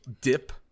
dip